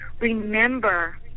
remember